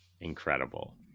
incredible